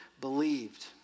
believed